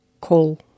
Call